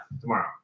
tomorrow